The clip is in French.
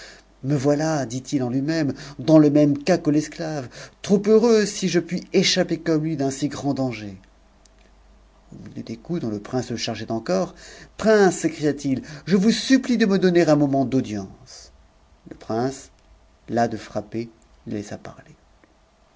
me voilà dit-il en lui même dans le même s que l'esclave trop heureux si je puis échapper comme lui d'un si ii nd danger au m ieu des coups dont te prince te chargeait encore prince s'écria i je vous supplie de me donner un moment d'au'ticncf a le prince las de frapper le laissa parler